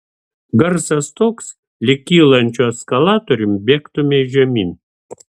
garsas toks lyg kylančiu eskalatoriumi bėgtumei žemyn